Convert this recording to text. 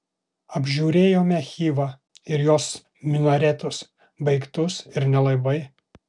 apžiūrėjome chivą ir jos minaretus baigtus ir nelabai